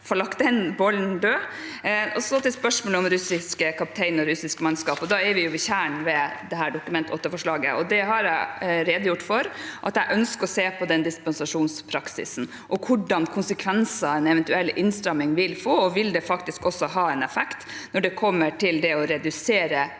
få lagt den ballen død. Så til spørsmålet om russisk kaptein og russisk mannskap, og da er vi ved kjernen i dette Dokument 8forslaget. Jeg har redegjort for at jeg ønsker å se på dispensasjonspraksisen og hvilke konsekvenser en eventuell innstramming vil få, og om det faktisk også vil ha en effekt når det gjelder å redusere